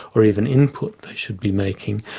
or even input they should be making,